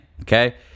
okay